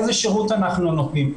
איזה שירות אנחנו נותנים?